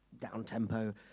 down-tempo